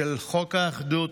של חוק האחדות.